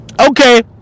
Okay